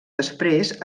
després